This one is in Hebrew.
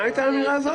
מה הייתה האמירה הזאת?